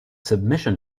submission